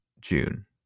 June